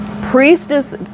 Priestess